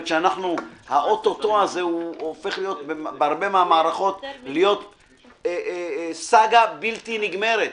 ה-או-טו-טו הזה הופך ברבות מן המערכות להיות סאגה בלתי נגמרת.